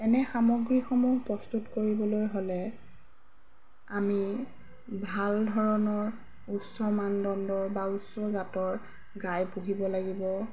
এনে সামগ্ৰীসমূহ প্ৰস্তুত কৰিবলৈ হ'লে আমি ভাল ধৰণৰ উচ্চ মানদণ্ডৰ বা উচ্চ জাতৰ গাই পুহিব লাগিব